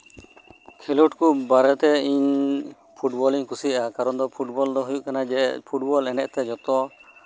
ᱠᱷᱮᱞᱳᱰ ᱠᱚ ᱵᱟᱨᱮᱛᱮ ᱤᱧ ᱯᱷᱩᱴᱵᱚᱞ ᱤᱧ ᱠᱩᱥᱤᱭᱟᱜᱼᱟ ᱠᱟᱨᱚᱱ ᱫᱚ ᱯᱷᱩᱴᱵᱚᱞ ᱫᱚ ᱦᱳᱭᱳᱜ ᱠᱟᱱᱟ ᱡᱮ ᱯᱷᱴᱵᱚᱞ ᱮᱱᱮᱡ ᱛᱮ ᱡᱷᱚᱛᱚ